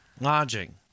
lodging